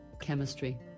chemistry